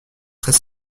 très